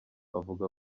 avuga